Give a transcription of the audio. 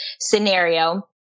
scenario